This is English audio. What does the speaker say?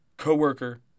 Co-worker